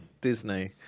Disney